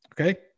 Okay